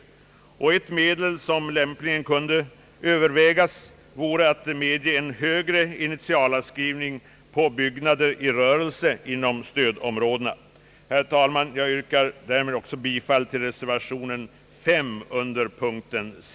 Ett medel som lämpligen kunde övervägas vore att i stödområdena medge en högre initialavskrivning på byggnader i rörelse. Herr talman! Jag yrkar därmed också bifall till reservation 5 under punkten C.